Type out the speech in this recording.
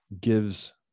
gives